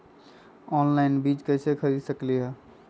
Online बीज कईसे खरीद सकली ह?